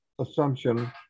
assumption